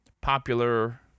popular